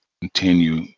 continue